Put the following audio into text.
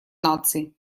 наций